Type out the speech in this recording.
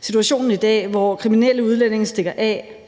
Situationen i dag, hvor kriminelle udlændinge stikker af,